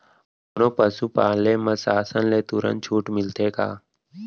कोनो पसु पाले म शासन ले तुरंत छूट मिलथे का?